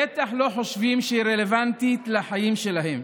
בטח לא חושבים שהיא רלוונטית לחיים שלהם.